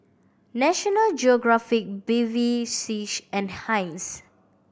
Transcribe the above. National Geographic Bevy C and Heinz